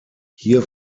hier